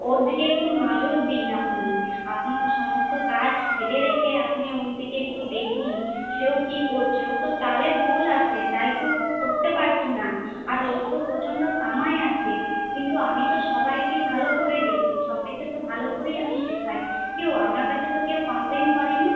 ওর দিকে একটু নজর দিন আপনি আপনার সমস্ত কাজ ফেলে রেখে আপনি ওর দিকে একটু দেখুন যে ও কি করছে ও তো তালে ভুল আছে তাই তো করতে পারছে না আর ওর তো প্রচন্ড কামাই আছে কিন্তু আমি তো সবাইকে ভালো করে দেখি সবাইকে তো ভালো করেই আমি শেখায় কেউ আমার কাছে তো কেউ কমপ্লেন করেনি